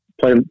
play